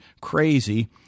crazy